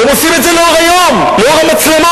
הם עושים את זה לאור היום, לאור המצלמות,